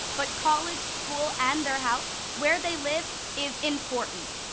but college, school and their house, where they live is important.